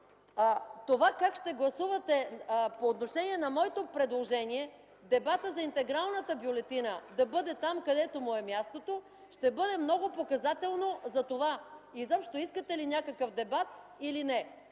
това как ще гласувате по отношение на моето предложение – дебатът за интегралната бюлетина да бъде там, където му е мястото, ще бъде много показателно за това изобщо искате ли някакъв дебат или не.